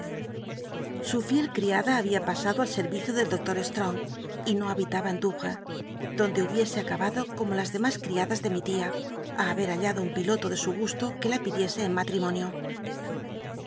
su fiel eriada había pasado al ser vicio del doctor strong y no habitaba en douwcs donde hubiese acabado como las demas criadas de mi tia á habct hallado un piloto de su gusto que la pidiese en matrimonio